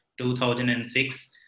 2006